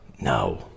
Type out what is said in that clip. No